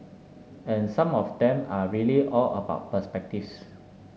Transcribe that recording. and some of them are really all about perspectives